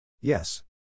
Yes